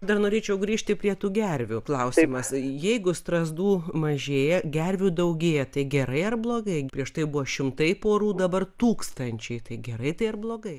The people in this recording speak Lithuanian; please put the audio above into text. dar norėčiau grįžti prie tų gervių klausimas jeigu strazdų mažėja gervių daugėja tai gerai ar blogai prieš tai buvo šimtai porų dabar tūkstančiai tai gerai tai ar blogai